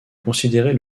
considérer